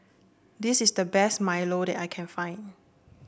this is the best Milo that I can find